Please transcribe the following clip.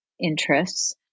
interests